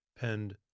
penned